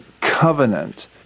covenant